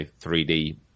3D